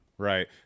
Right